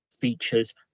features